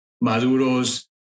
Maduro's